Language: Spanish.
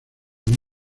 una